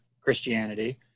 Christianity